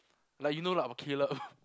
like you know like Caleb